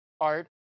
art